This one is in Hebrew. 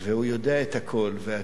והוא יודע את הכול.